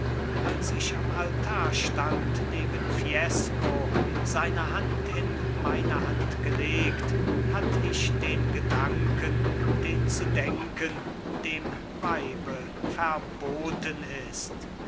als ich am altar stand neben fiesco seine hand in meine hand gelegt hatt ich den gedanken den zu denken dem weibe verboten ist